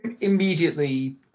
immediately